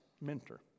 mentor